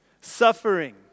suffering